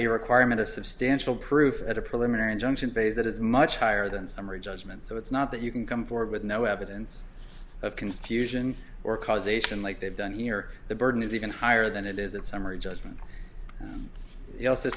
the requirement of substantial proof at a preliminary injunction base that is much higher than summary judgment so it's not that you can come forward with no evidence of confusion or causation like they've done here the burden is even higher than it is in summary judgment you also